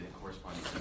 corresponding